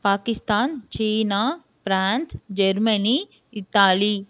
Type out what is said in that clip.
Pakistan China France Germany Italy